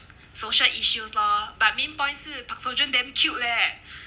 social issues lor but main point 是 park seo joon damn cute leh